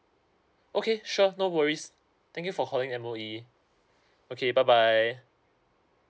okay sure no worries thank you for calling m M_O_E okay bye bye